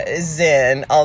Zen